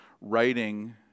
writing